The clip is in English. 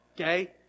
Okay